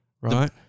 Right